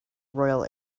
royal